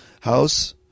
house